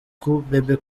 cool